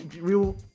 real